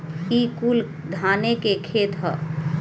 ई कुल धाने के खेत ह